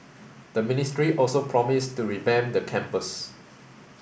the ministry also promised to revamp the campus